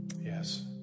Yes